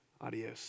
Adios